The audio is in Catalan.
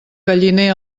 galliner